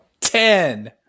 ten